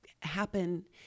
happen